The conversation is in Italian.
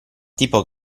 tipo